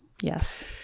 Yes